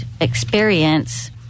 experience